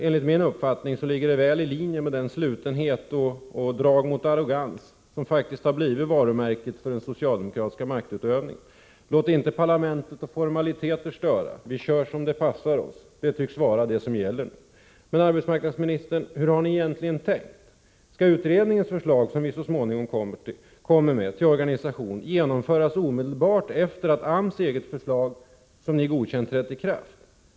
Enligt min uppfattning ligger det emellertid väl i linje med den slutenhet och det drag av arrogans som faktiskt har blivit ett varumärke för den socialdemokratiska maktutövningen. Låt inte parlamentet och formaliteter störa, vi kör som det passar oss, tycks vara vad som gäller. Men, arbetsmarknadsministern, hur har ni egentligen tänkt? Skall utredningens förslag till organisation som så småningom läggs fram genomföras omedelbart efter det att AMS eget förslag, som ni godkänt, trätt i kraft?